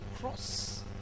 cross